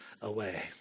away